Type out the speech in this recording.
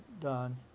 done